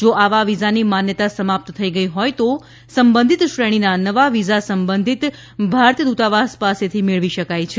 જો આવા વિઝાની માન્યતા સમાપ્ત થઇ ગઇ હોય તો સંબંધિત શ્રેણીના નવા વિઝા સંબંધિત ભારતીય દ્વતાવાસ પાસેથી મેળવી શકાય છે